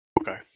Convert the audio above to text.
Okay